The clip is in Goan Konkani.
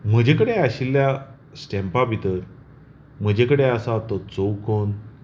म्हजे कडेन आशील्ल्या स्टॅम्पा भितर म्हजे कडेन आसा तो चौकोन